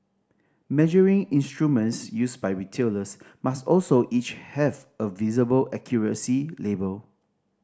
measuring instruments used by retailers must also each have a visible accuracy label